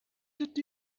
did